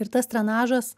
ir tas trenažas